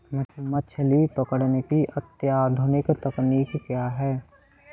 मछली पकड़ने की अत्याधुनिक तकनीकी क्या है?